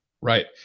right